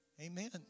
Amen